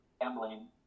gambling